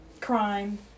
crime